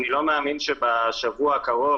אני לא מאמין שבשבוע הקרוב,